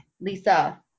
Lisa